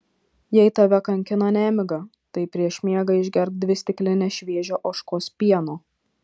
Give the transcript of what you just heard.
jei tave kankina nemiga tai prieš miegą išgerk dvi stiklines šviežio ožkos pieno